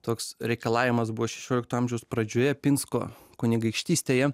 toks reikalavimas buvo šešiolikto amžiaus pradžioje pinsko kunigaikštystėje